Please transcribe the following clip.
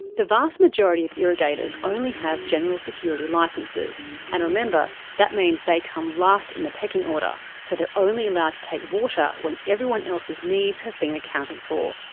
the vast majority of irrigators only have general security licences and remember that means they come last in the pecking order, so they're only allowed to take water when everyone else's needs have been accounted for.